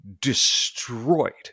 destroyed